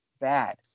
bad